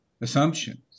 assumptions